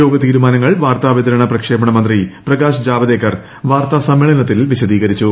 യോഗ തീരുമാനങ്ങൾ വാർത്താവിതരണ പ്രക്ഷേപണ മന്ത്രി പ്രകാശ് ജാവദേക്കർ വാർത്താസമ്മേളനത്തിൽ വിശദീകരിച്ചു